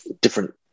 different